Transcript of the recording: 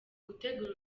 gutegura